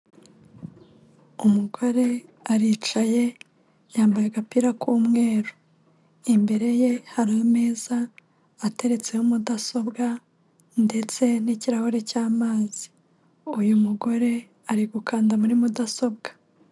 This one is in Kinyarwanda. Umugore aricaye yambaye agapira k'umweru, imbere ye hari ameza ateretseho mudasobwa ndetse n'ikirahure cy'amazi, uyu mugore ari gukanda muri mudasobwa.